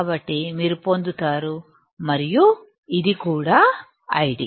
కాబట్టి మీరు పొందుతారు మరియు ఇది కూడా ID